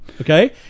okay